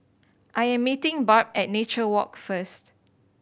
I am meeting Barb at Nature Walk first